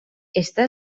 està